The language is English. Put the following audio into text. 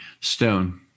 Stone